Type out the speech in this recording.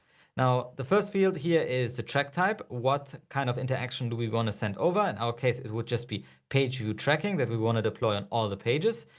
now the first field here is the track type. what kind of interaction do we want to send over? in our case, it would just be pageview tracking that we want to deploy on all the pages.